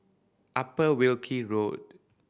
Upper Wilkie Road